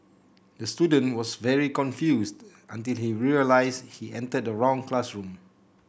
the student was very confused until he realised he entered the wrong classroom